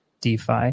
DeFi